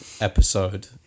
episode